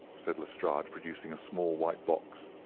said lestrade, producing a small white box